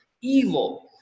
Evil